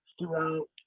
throughout